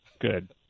Good